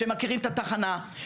שמכירים את התחנה,